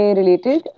related